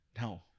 No